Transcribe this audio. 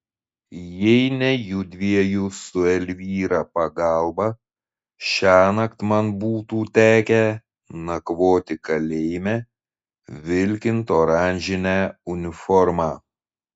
jei ne judviejų su elvyra pagalba šiąnakt man būtų tekę nakvoti kalėjime vilkint oranžinę uniformą